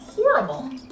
horrible